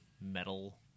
metal